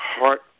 heart